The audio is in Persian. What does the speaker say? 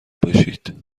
باشید